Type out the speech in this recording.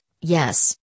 yes